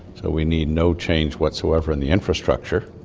so we need no change whatsoever in the infrastructure.